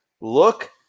Look